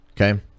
okay